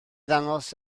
ddangos